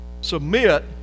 Submit